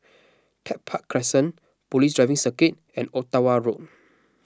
Tech Park Crescent Police Driving Circuit and Ottawa Road